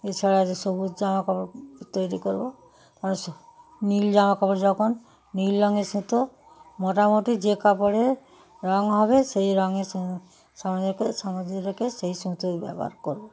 এছাড়া আর যে সবুজ জামাকাপড় তৈরি করব কারও সুতো নীল জামাকাপড় যখন নীল রংয়ের সুতো মোটামুটি যে কাপড়ের রং হবে সেই রংয়ের সুতো সেই সুতোই ব্যবহার করব